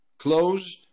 closed